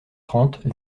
trente